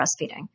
breastfeeding